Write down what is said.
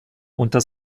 unter